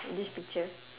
this picture